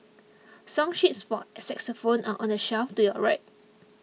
song sheets for xylophones are on the shelf to your right